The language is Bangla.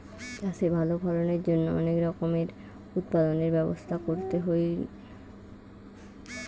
চাষে ভালো ফলনের জন্য অনেক রকমের উৎপাদনের ব্যবস্থা করতে হইন